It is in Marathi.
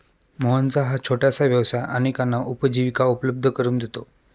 मोहनचा हा छोटासा व्यवसाय अनेकांना उपजीविका उपलब्ध करून देतो